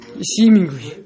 Seemingly